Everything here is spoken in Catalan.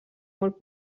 molt